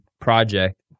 project